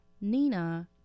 Nina